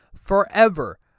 Forever